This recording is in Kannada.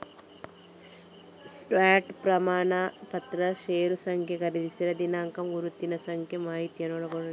ಸ್ಟಾಕ್ ಪ್ರಮಾಣಪತ್ರ ಷೇರು ಸಂಖ್ಯೆ, ಖರೀದಿಸಿದ ದಿನಾಂಕ, ಗುರುತಿನ ಸಂಖ್ಯೆ ಮಾಹಿತಿಯನ್ನ ಒಳಗೊಂಡಿರ್ತದೆ